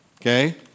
okay